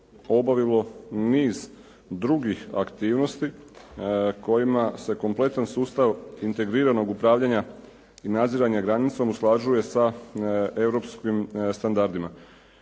obavilo niz drugih aktivnosti kojima se kompletan sustav integriranog upravljanja i nadziranja granice usklađuje sa europskim standardima.